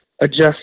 adjust